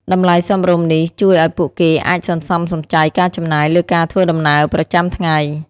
តម្លៃសមរម្យនេះជួយឱ្យពួកគេអាចសន្សំសំចៃការចំណាយលើការធ្វើដំណើរប្រចាំថ្ងៃ។